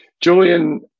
Julian